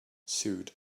sewed